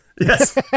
Yes